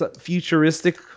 futuristic